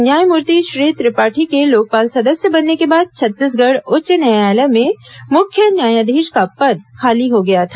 न्यायमूर्ति श्री त्रिपाठी के लोकपाल सदस्य बनने के बाद छत्तीसगढ़ उच्च न्यायालय में मुख्य न्यायाधीश का पद खाली हो गया था